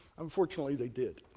unfortunately, they did.